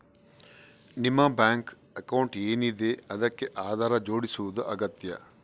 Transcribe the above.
ನಿಮ್ಮ bank account ಏನಿದೆ ಅದಕ್ಕೆ ಆಧಾರ್ ಜೋಡಿಸುದು ಅಗತ್ಯ